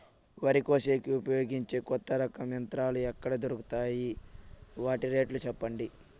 వరి కోసేకి ఉపయోగించే కొత్త రకం యంత్రాలు ఎక్కడ దొరుకుతాయి తాయి? వాటి రేట్లు చెప్పండి?